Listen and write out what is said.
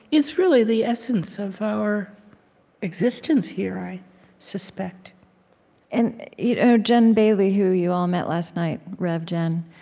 is really the essence of our existence here, i suspect and you know jen bailey, who you all met last night, rev. jen